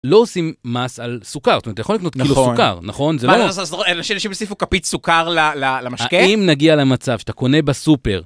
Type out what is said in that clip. לא עושים מס על סוכר, זאת אומרת, אתה יכול לקנות סוכר, נכון? אז אנשים הוסיפו כפית סוכר למשקה? האם נגיע למצב שאתה קונה בסופר...